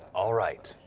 all right,